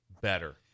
better